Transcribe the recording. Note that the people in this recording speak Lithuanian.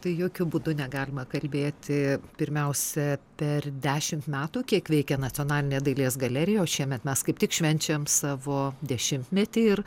tai jokiu būdu negalima kalbėti pirmiausia per dešimt metų kiek veikia nacionalinė dailės galerija o šiemet mes kaip tik švenčiam savo dešimtmetį ir